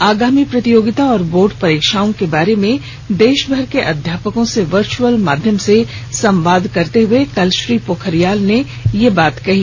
आगामी प्रतियोगिता और बोर्ड परीक्षाओं के बारे में देशभर के अध्यापकों से वर्चअल माध्यम से संवाद करते हुए कल श्री पोखरियाल ने यह बात कही